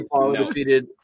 defeated